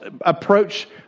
approach